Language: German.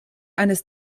eines